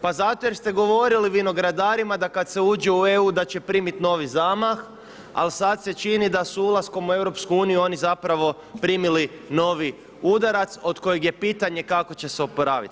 Pa zato jer ste govorili vinogradarima da kad se uđe u EU da će primit novi zamah, a sad se čini da su ulaskom u EU oni zapravo primili novi udarac od kojeg je pitanje kako će se oporavit.